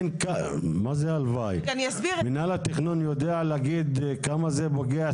מה שאנחנו יכולים לעשות היום זה שכשיבואו עם תכנית מפורטת נדרוש מסמך